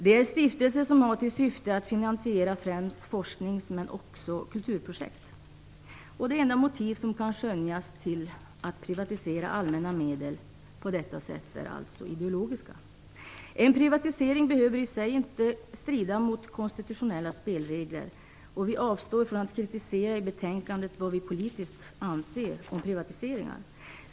Det är stiftelser som har till syfte att finansiera främst forskningsprojekt men också kulturprojekt. De enda motiv som kan skönjas till att privatisera allmänna medel på detta sätt är ideologiska motiv. En privatisering behöver inte i sig strida mot konstitutionella spelregler. Vi avstår i betänkandet från politisk kritik av privatiseringar.